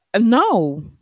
no